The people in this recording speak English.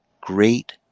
great